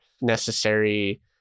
necessary